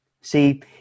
See